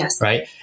right